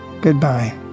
Goodbye